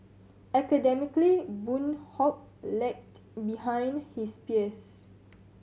academically Boon Hock lagged behind his peers